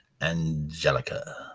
Angelica